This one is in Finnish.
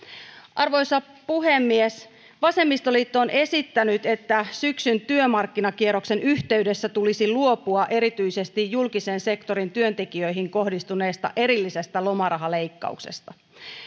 arvoisa puhemies vasemmistoliitto on esittänyt että syksyn työmarkkinakierroksen yhteydessä tulisi luopua erityisesti julkisen sektorin työntekijöihin kohdistuneesta erillisestä lomarahaleikkauksesta